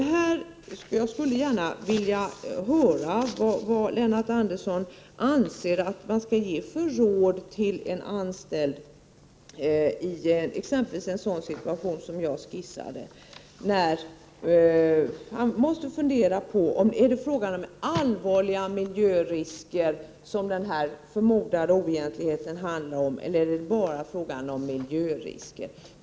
Jag skulle gärna vilja höra vilka råd Lennart Andersson anser att man skall ge till en anställd exempelvis i en sådan situation som jag skissade och där man måste fundera på om den förmodade oegentligheten medför ”allvarliga miljörisker” eller bara ”miljörisker”.